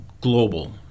global